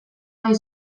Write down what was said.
nahi